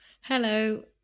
Hello